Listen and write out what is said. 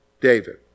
David